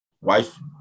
wife